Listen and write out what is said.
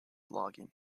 logging